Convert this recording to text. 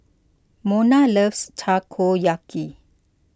Mona loves Takoyaki